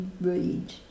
read